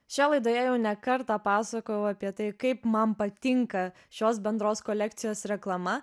šioje laidoje jau ne kartą pasakojau apie tai kaip man patinka šios bendros kolekcijos reklama